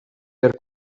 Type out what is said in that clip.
per